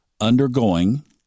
undergoing